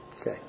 Okay